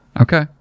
Okay